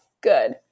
Good